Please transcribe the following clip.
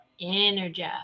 Energize